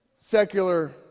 secular